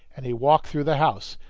and he walked through the house,